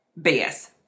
BS